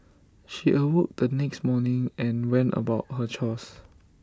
she awoke the next morning and went about her chores